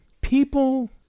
People